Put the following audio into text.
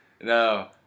No